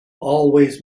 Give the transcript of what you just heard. always